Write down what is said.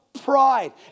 pride